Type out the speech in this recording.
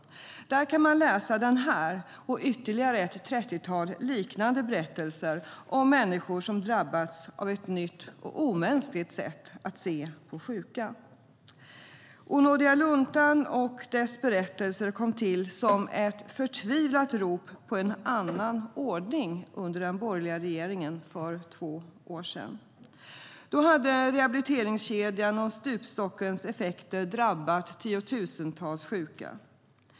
Där kan man läsa denna och ytterligare ett trettiotal liknande berättelser om människor som drabbats av ett nytt och omänskligt sätt att se på sjuka. och dess berättelser kom till som ett förtvivlat rop på en annan ordning under den borgerliga regeringen för två år sedan. Då hade rehabiliteringskedjan och stupstockens effekter drabbat tiotusentals sjuka.